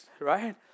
Right